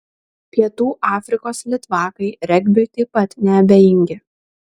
pietų afrikos litvakai regbiui taip pat neabejingi